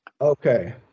Okay